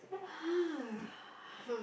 !huh! hmm